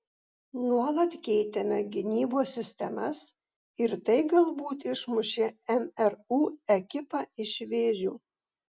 nuolat keitėme gynybos sistemas ir tai galbūt išmušė mru ekipą iš vėžių